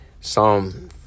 Psalm